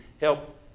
help